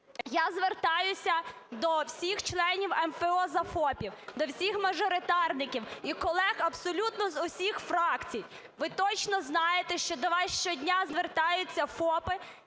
Я звертаюся до всіх членів МФО "За ФОПів", до всіх мажоритарників і колег абсолютно з усіх фракцій. Ви точно знаєте, що до вас щодня звертаються ФОПи